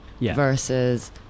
versus